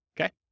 okay